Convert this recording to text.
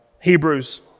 Hebrews